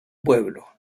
pueblo